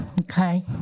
Okay